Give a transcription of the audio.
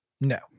No